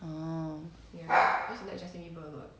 orh